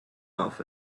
off